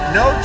No